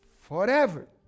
forever